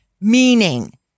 meaning